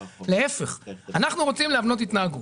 להיפך, אנחנו רוצים להבנות התנהגות.